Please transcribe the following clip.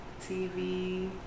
tv